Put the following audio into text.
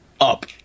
up